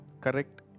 Correct